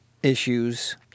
Issues